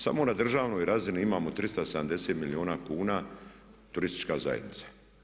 Samo na državnoj razini imamo 370 milijuna kuna Turistička zajednica.